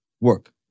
work